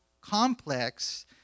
complex